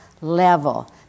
level